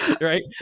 right